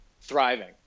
thriving